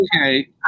okay